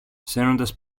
σέρνοντας